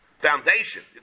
foundation